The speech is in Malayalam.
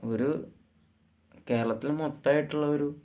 ഒരു കേരളത്തില് മൊത്തായിട്ടുള്ള ഒരു